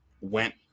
went